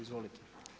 Izvolite.